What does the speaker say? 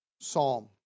psalm